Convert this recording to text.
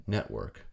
Network